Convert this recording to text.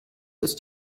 ist